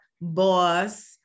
boss